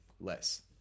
less